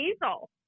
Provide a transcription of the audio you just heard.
diesel